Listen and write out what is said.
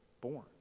born